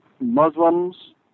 Muslims